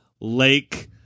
lake